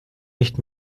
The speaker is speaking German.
nicht